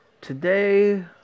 today